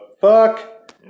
fuck